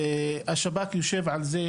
השב"כ יושב על זה,